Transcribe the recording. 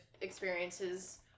experiences